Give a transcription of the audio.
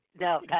No